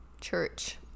church